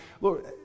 Lord